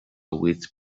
weight